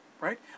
right